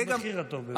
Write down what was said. גם במחיר הטוב ביותר.